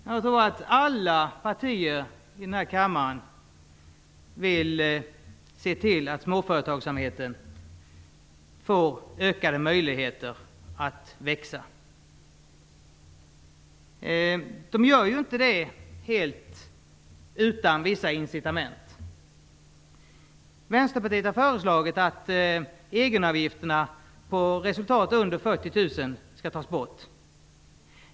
Jag tror att alla partier i den här kammaren vill se till att småföretagen får ökade möjligheter att växa. De gör inte det helt utan incitament. Vänsterpartiet har föreslagit att egenavgifterna på resultat under 40 000 skall tas bort.